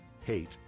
hate